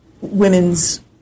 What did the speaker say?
women's